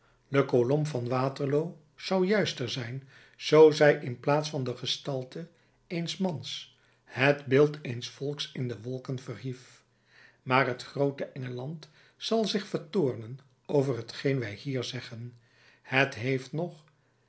de kolom van waterloo zou juister zijn zoo zij in plaats van de gestalte eens mans het beeld eens volks in de wolken verhief maar het groote engeland zal zich vertoornen over hetgeen wij hier zeggen het heeft nog